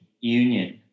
union